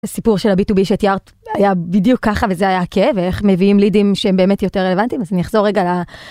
סיפור של הבי טו בי שתיארת היה בדיוק ככה וזה היה הכאב, ואיך מביאים לידים שהם באמת יותר רלוונטיים אז אני אחזור רגע.